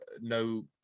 no